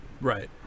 right